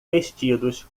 vestidos